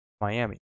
Miami